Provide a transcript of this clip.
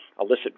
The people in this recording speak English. illicit